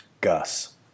Gus